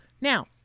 Now